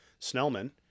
Snellman